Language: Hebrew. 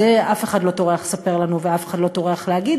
את זה אף אחד לא טורח לספר לנו ואף אחד לא טורח להגיד,